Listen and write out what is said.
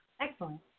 Excellent